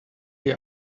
die